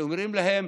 שאומרים להם: